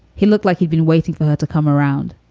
he looked like he'd been waiting for her to come around.